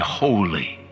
holy